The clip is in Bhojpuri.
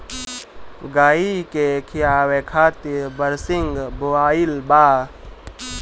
गाई के खियावे खातिर बरसिंग बोआइल बा